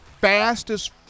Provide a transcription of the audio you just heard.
fastest